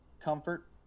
comfort